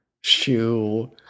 shoe